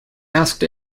asked